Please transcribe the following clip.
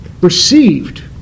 received